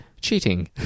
cheating